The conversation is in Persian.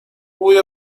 بوی